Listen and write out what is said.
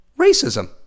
racism